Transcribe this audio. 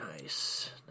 nice